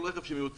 כל רכב שמיוצר,